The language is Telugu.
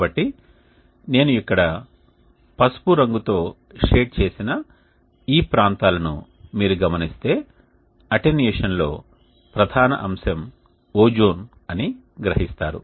కాబట్టి నేను ఇక్కడ పసుపు రంగుతో షేడ్ చేసిన ఈ ప్రాంతాలను మీరు గమనిస్తే అటెన్యుయేషన్లో ప్రధాన అంశం ఓజోన్ అని గ్రహిస్తారు